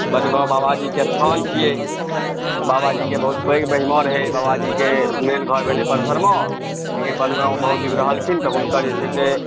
वनगाँव बाबाजीके स्थान छियै बाबाजीके बहुत पैघ महिमा रहै बाबाजीके मेन घर भेलै परसरमा लेकिन वनगाँवमे बहुत दिन रहलखिन तऽ हुनकर जे छै से